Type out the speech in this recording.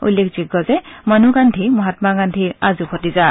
উল্লেখযোগ্য যে মনু গান্ধী মহামা গান্ধীৰ আজো ভতিজা